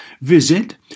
Visit